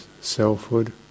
selfhood